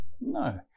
No